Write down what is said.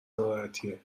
ناراحتیه